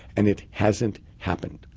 and it hasn't happened.